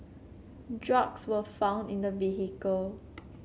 drugs were found in the vehicle